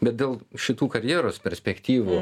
bet dėl šitų karjeros perspektyvų